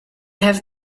have